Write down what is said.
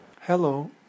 Hello